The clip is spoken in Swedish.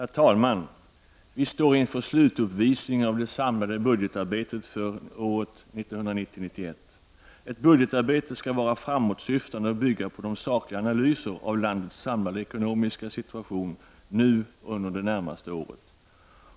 Herr talman! Vi står inför slutuppvisningen av det samhälleliga budgetarbetet för budgetåret 1990/91. Ett budgetarbete skall vara framåtsyftande och bygga på sakliga analyser av landets samlade ekonomiska situation nu och under det närmaste året.